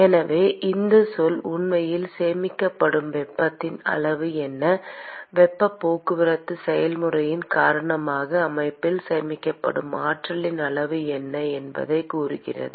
எனவே இந்த சொல் உண்மையில் சேமிக்கப்படும் வெப்பத்தின் அளவு என்ன வெப்பப் போக்குவரத்து செயல்முறையின் காரணமாக அமைப்பால் சேமிக்கப்படும் ஆற்றலின் அளவு என்ன என்பதைக் கூறுகிறது